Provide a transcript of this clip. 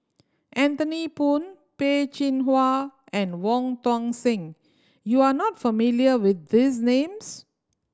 Anthony Poon Peh Chin Hua and Wong Tuang Seng you are not familiar with these names